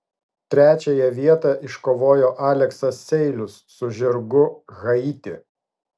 trečiąją vietą iškovojo aleksas seilius su žirgu haiti